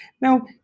Now